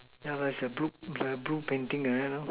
yeah that is a blue painting like that